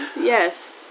Yes